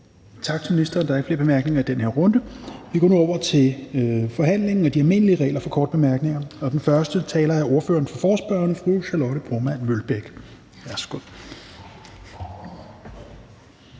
Tak til ministeren. Der er ikke flere bemærkninger i den her runde. Vi går nu over til forhandlingen og de almindelige regler for korte bemærkninger, og den første taler er ordføreren for forespørgerne, fru Charlotte Broman Mølbæk. Værsgo.